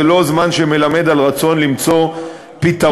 זה לא זמן שמלמד על רצון למצוא פתרון.